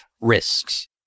Risks